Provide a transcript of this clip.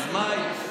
אז אתה תהיה הבוגר.